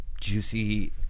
juicy